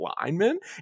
alignment